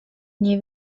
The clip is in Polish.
nie